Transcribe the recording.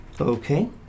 Okay